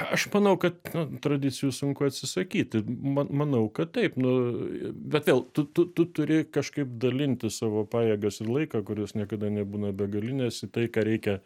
aš manau kad nu tradicijų sunku atsisakyti ma manau kad taip nu bet vėl tu tu tu turi kažkaip dalinti savo pajėgas ir laiką kurios niekada nebūna begalinės į tai ką reikia